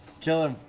kill him!